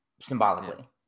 symbolically